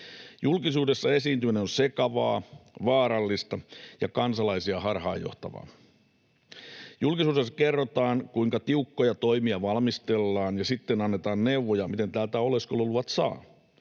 Julkisuudessa esiintyminen on sekavaa, vaarallista ja kansalaisia harhaanjohtavaa. Julkisuudessa kerrotaan, kuinka tiukkoja toimia valmistellaan, ja sitten annetaan neuvoja, miten täältä oleskeluluvat saa.